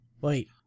Wait